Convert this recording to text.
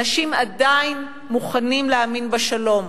אנשים עדיין מוכנים להאמין בשלום,